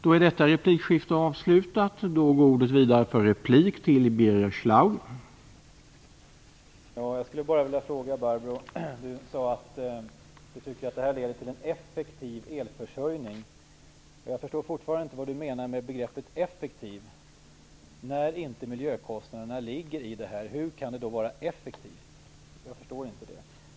Herr talman! Barbro Andersson sade att hon tror att detta leder till en effektiv elförsörjning. Jag förstår inte vad hon menar med "effektiv" när inte miljökostnaderna finns inräknade. Hur kan det då vara effektivt?